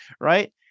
right